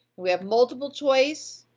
we have multiple choice,